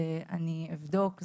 אני אבדוק.